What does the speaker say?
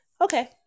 Okay